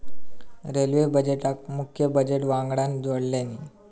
railway बजेटका मुख्य budget वंगडान जोडल्यानी